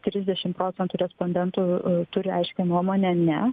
trisdešim procentų respondentų turi aiškią nuomonę ne